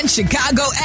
Chicago